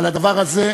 אבל הדבר הזה,